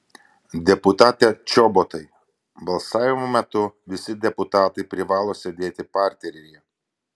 deputate čobotai balsavimo metu visi deputatai privalo sėdėti parteryje